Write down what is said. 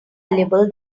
valuable